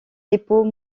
dépôts